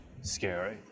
scary